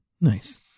Nice